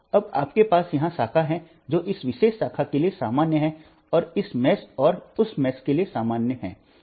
अब आपके पास यह शाखा है जो इस विशेष शाखा के लिए सामान्य है और इस जाल और उस जाल के लिए सामान्य है